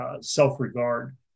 self-regard